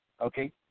okay